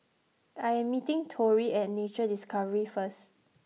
I am meeting Tory at Nature Discovery first